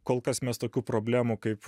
kol kas mes tokių problemų kaip